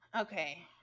Okay